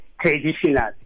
traditional